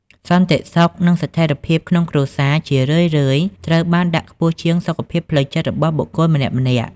សន្តិសុខនិងស្ថិរភាពក្នុងគ្រួសារ ជារឿយៗត្រូវបានដាក់ខ្ពស់ជាងសុខភាពផ្លូវចិត្តរបស់បុគ្គលម្នាក់ៗ។